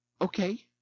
okay